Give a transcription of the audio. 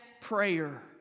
prayer